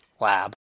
Lab